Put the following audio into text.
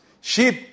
Sheep